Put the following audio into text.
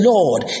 Lord